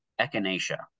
Echinacea